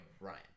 Ryan